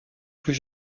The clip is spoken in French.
plus